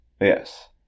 Yes